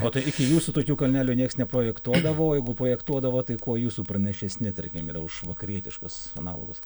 o tai iki jūsų tokių kalnelių nieks neprojektuodavo o jeigu projektuodavo tai kuo jūsų pranašesni tarkim yra už vakarietiškus analogus